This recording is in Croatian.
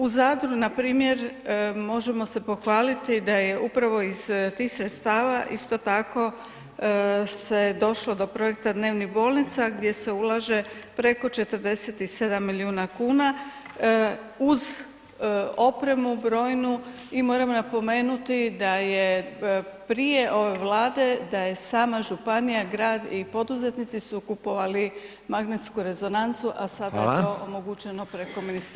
U Zadru npr. možemo se pohvaliti da je upravo iz tih sredstava isto tako se došlo do projekta dnevnih bolnica gdje se ulaže preko 47 milijuna kuna uz opremu brojnu i moramo napomenuti da je prije ove Vlade da je sama županija, grad i poduzetnici su kupovali magnetsku rezonancu a sada je to omogućeno preko ministarstva.